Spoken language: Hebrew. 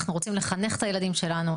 אנחנו רוצים לחנך את הילדים שלנו,